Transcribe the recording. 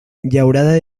llaurada